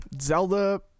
Zelda